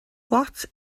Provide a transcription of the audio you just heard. what